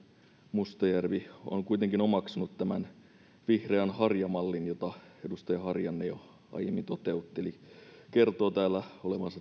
mustajärvi on kuitenkin omaksunut tämän vihreän harjamallin jota edustaja harjanne jo aiemmin toteutteli kertoo täällä olevansa